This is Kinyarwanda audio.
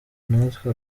natwe